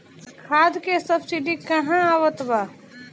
खाद के सबसिडी क हा आवत बा?